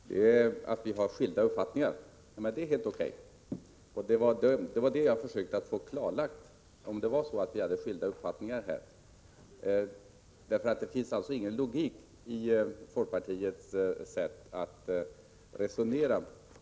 Herr talman! Att vi har skilda uppfattningar är helt okej. Jag försökte bara få klarlagt, om vi hade skilda uppfattningar. Det finns ingen logik i folkpartiets sätt att resonera.